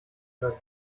können